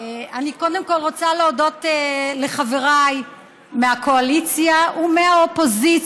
אני קודם כול רוצה להודות לחבריי מהקואליציה ומהאופוזיציה,